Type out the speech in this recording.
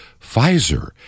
Pfizer